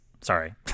Sorry